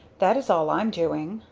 that is all i'm doing.